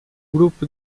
grupo